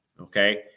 Okay